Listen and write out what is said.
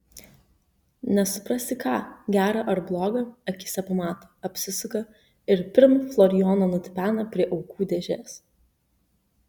nesuprasi ką gera ar bloga akyse pamato apsisuka ir pirm florijono nutipena prie aukų dėžės